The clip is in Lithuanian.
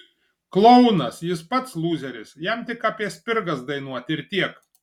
klounas jis pats lūzeris jam tik apie spirgas dainuot ir tiek